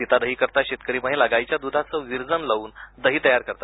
सीतादहीकरता शेतकरी महिला गाईच्या दुधाचं विरजण लावून दही तयार करते